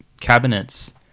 cabinets